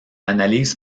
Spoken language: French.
analyse